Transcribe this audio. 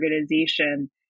organization